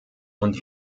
und